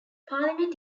parliament